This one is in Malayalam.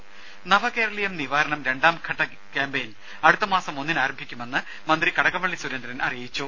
ദരദ നവകേരളീയം നിവാരണം രണ്ടാം ഘട്ട കാമ്പെയിൻ അടുത്ത മാസം ഒന്നിന് ആരംഭിക്കുമെന്ന് മന്ത്രി കടകംപള്ളി സുരേന്ദ്രൻ അറിയിച്ചു